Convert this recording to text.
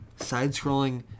side-scrolling